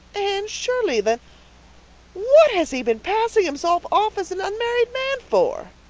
anne shirley! then what has he been passing himself off as an unmarried man for?